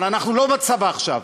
אבל אנחנו לא בצבא עכשיו.